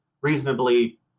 reasonably